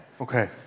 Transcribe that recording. Okay